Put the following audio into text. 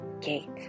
gate